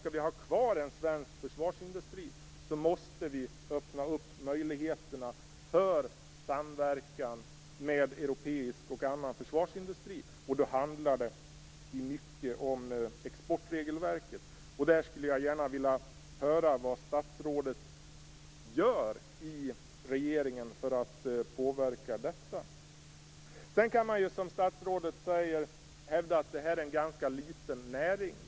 Skall vi ha kvar en svensk försvarsindustri måste vi öppna möjligheterna för samverkan med europeisk och annan försvarsindustri, och då handlar det i mycket om exportregelverket. Jag skulle därför gärna vilja höra vad statsrådet gör i regeringen för att påverka detta. Man kan sedan som statsrådet hävda att detta är en ganska liten näring.